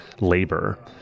labor